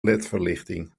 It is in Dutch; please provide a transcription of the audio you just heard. ledverlichting